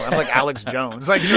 like, alex jones. like, yeah